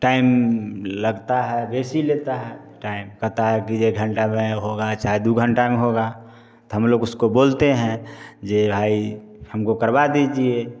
time लगता है वैसी लेता है टाइम कहता है अभी एक घंटा में होगा चाहे दो घंटा में होगा तो हम लोग उसको बोलते हैं जे भाई हमको करवा दीजिए